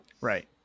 Right